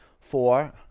four